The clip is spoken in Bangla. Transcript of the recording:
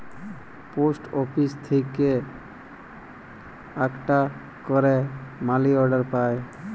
পোস্ট আপিস থেক্যে আকটা ক্যারে মালি অর্ডার পায়